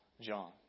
John